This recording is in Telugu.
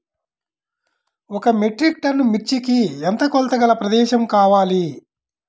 ఒక మెట్రిక్ టన్ను మిర్చికి ఎంత కొలతగల ప్రదేశము కావాలీ?